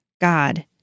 God